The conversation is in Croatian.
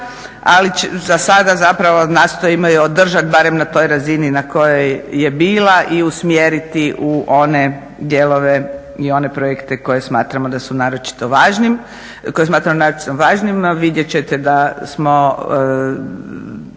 Ali za sada zapravo nastojimo ju održati barem na toj razini na kojoj je bila i usmjeriti u one dijelove i one projekte koje smatramo da su naročito važnim, koje smatramo naročito važnim. Vidjeti ćete da smo